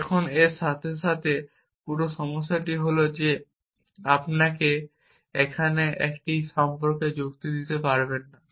এখন এর সাথে পুরো সমস্যাটি হল যে আপনি এখানে এটি সম্পর্কে যুক্তি দিতে পারবেন না